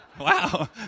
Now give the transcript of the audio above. Wow